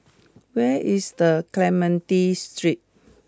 where is the Clementi Street